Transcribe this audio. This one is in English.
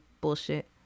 bullshit